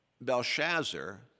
Belshazzar